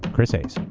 chris hayes.